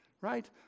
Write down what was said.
right